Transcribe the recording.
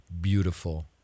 beautiful